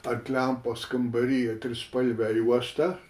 ant lempos kambary trispalvę juostą